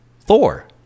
Thor